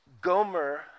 Gomer